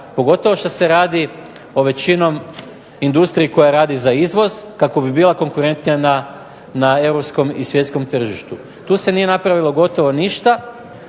pogotovo što se radi o većinom industriji koja radi za izvoz kako bi bila konkurentnija na europskom i svjetskom tržištu. Tu se nije napravilo gotovo ništa